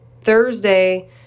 Thursday